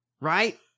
Right